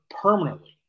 permanently